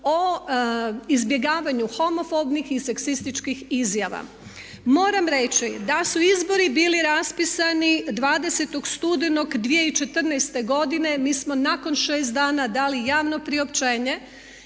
o izbjegavanju homofobnih i seksističkih izjava. Moram reći da su izbori bili raspisani 20. studenog 2014. godine, mi smo nakon 6 dana dali javno priopćenje